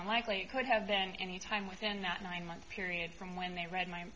unlikely it could have then anytime within that nine month period from when they read my